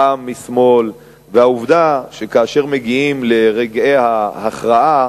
פעם משמאל, ועובדה שכאשר מגיעים לרגעי ההכרעה,